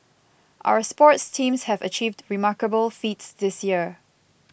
our sports teams have achieved remarkable feats this year